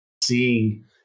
seeing